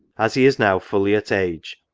as he is now fully at age,